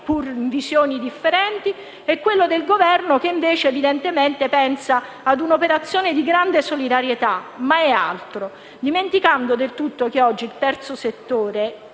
pur con visioni differenti, e quello del Governo, che invece evidentemente pensa ad un'operazione di grande solidarietà, ma che è altro. Si dimentica che oggi il terzo settore